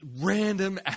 random